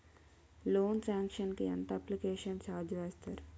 Loan sanction కి ఎంత application charge వేస్తారు?